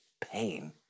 pain